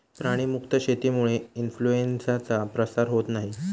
प्राणी मुक्त शेतीमुळे इन्फ्लूएन्झाचा प्रसार होत नाही